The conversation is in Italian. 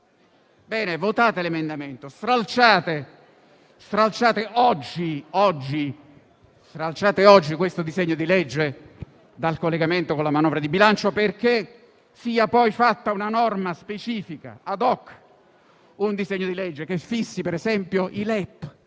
Bene: votate l'emendamento, stralciate oggi questo disegno di legge dal collegamento con la manovra di bilancio, perché sia poi fatta una norma specifica *ad hoc*, un disegno di legge che fissi ad esempio i